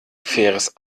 faires